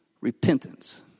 repentance